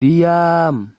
diam